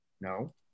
no